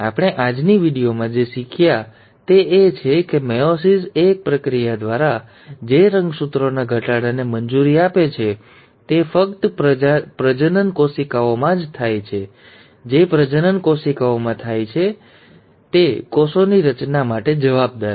તેથી આપણે આજની વિડિઓમાં જે શીખ્યા છીએ તે એ છે કે મેયોસિસ એ એક પ્રક્રિયા છે જે રંગસૂત્રોના ઘટાડાને મંજૂરી આપે છે તે ફક્ત પ્રજનન કોશિકાઓમાં જ થાય છે જે પ્રજનન કોષોમાં થાય છે જે પ્રજનન કોષોની રચના માટે જવાબદાર છે અને મેયોસિસને બે તબક્કામાં વહેંચવામાં આવે છે મેયોસિસ એક અને મેયોસિસ બે